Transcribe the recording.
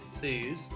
says